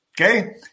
Okay